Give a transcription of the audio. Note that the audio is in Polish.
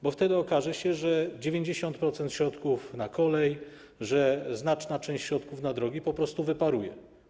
Bo wtedy okaże się, że 90% środków na kolej, że znaczna część środków na drogi po prostu wyparuje.